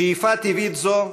שאיפה טבעית זו,